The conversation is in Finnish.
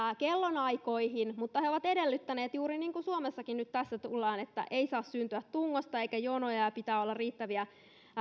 kellonaikoihin mutta he ovat edellyttäneet juuri niin kuin suomessakin nyt tässä tullaan edellyttämään että ei saa syntyä tungosta eikä jonoja ja ja pitää olla riittäviä